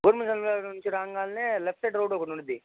government hospital రాగానే left side road ఒకటి ఉంటుంది